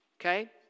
okay